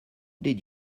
did